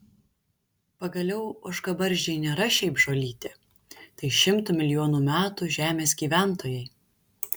pagaliau ožkabarzdžiai nėra šiaip žolytė tai šimtų milijonų metų žemės gyventojai